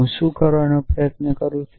હું શું કરવાનો પ્રયાસ કરી રહ્યો છું